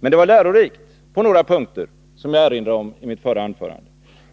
Men det var lärorikt på några punkter. Jag har erinrat om den saken i mitt förra anförande.